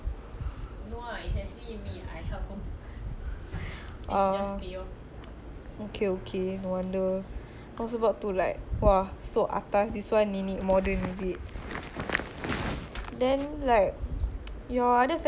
okay okay no wonder I was about to like !wah! so atas this [one] nenek modern is it then like your other family member leh they go out they work from home or go out also